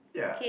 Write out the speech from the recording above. yeah